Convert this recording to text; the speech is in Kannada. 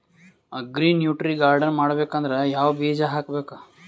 ಅಗ್ರಿ ನ್ಯೂಟ್ರಿ ಗಾರ್ಡನ್ ಮಾಡಬೇಕಂದ್ರ ಯಾವ ಬೀಜ ಹಾಕಬೇಕು?